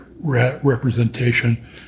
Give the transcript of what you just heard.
representation